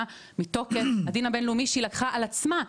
מתוקף הדין הבינלאומי שהיא לקחה על עצמה.